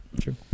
True